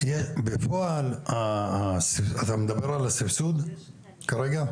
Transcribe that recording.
בפועל, אתה מדבר על הסבסוד כרגע?